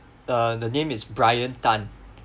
uh the name is brian tan